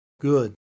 good